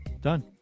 Done